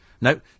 No